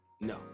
No